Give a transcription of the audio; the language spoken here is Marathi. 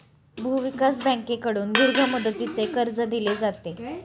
भूविकास बँकेकडून दीर्घ मुदतीचे कर्ज दिले जाते